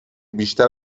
بیشتر